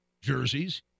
jerseys